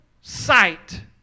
sight